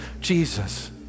Jesus